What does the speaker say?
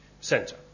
Centre